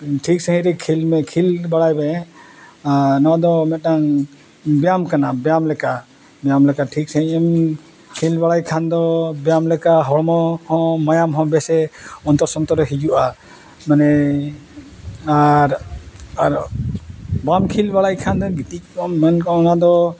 ᱴᱷᱤᱠ ᱥᱟᱺᱦᱤᱡ ᱨᱮ ᱠᱷᱮᱹᱞ ᱢᱮ ᱠᱷᱮᱹᱞ ᱵᱟᱲᱟᱭ ᱢᱮ ᱱᱚᱣᱟ ᱫᱚ ᱢᱤᱫᱴᱟᱝ ᱵᱮᱭᱟᱢ ᱠᱟᱱᱟ ᱵᱮᱭᱟᱢ ᱞᱮᱠᱟ ᱵᱮᱭᱟᱢ ᱞᱮᱠᱟ ᱴᱷᱤᱠ ᱥᱟᱺᱦᱤᱡ ᱮᱢ ᱠᱷᱮᱹᱞ ᱵᱟᱲᱟᱭ ᱠᱷᱟᱱ ᱫᱚ ᱵᱮᱭᱟᱢ ᱞᱮᱠᱟ ᱦᱚᱲᱢᱚ ᱦᱚᱸ ᱢᱟᱭᱟᱢ ᱦᱚᱸ ᱵᱮᱥᱮ ᱚᱱᱛᱚᱨ ᱥᱚᱱᱛᱚᱨᱮ ᱦᱤᱡᱩᱜᱼᱟ ᱢᱟᱱᱮ ᱟᱨ ᱟᱨ ᱵᱟᱢ ᱠᱷᱮᱹᱞ ᱵᱟᱲᱟᱭ ᱠᱷᱟᱱ ᱫᱚ ᱜᱤᱛᱤᱡ ᱠᱚᱜᱟᱢ ᱢᱮᱱ ᱟᱠᱚ ᱚᱱᱟ ᱫᱚ